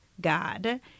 God